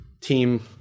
team